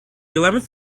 eleventh